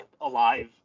Alive